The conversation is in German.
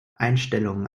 einstellungen